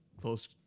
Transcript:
close